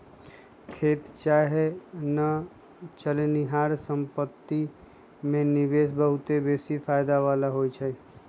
खेत चाहे न चलनिहार संपत्ति में निवेश बहुते बेशी फयदा बला होइ छइ